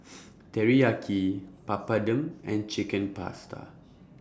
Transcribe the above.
Teriyaki Papadum and Chicken Pasta